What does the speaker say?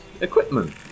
equipment